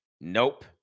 Nope